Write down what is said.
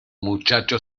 muchacho